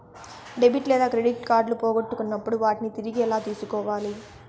debit లేదా credit కార్డులు పోగొట్టుకున్నప్పుడు వాటిని తిరిగి ఎలా తీసుకోవాలి